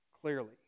clearly